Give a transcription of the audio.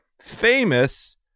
famous